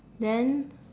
then